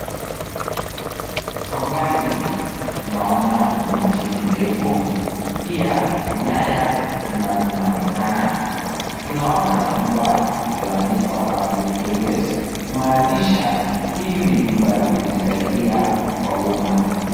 Kwa mbali tunaona miti mirefu. Pia nyaya za stima zinaonekana. Tunaona jumba lililoandikwa public toilet , kumaanisha hili ni jumba la kujisaidia kwa uma.